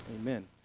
Amen